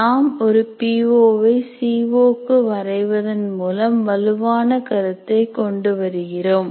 நாம் ஒரு P O Y C O க்கு வரைவதன் மூலம் வலுவான கருத்தை கொண்டு வருகிறோம்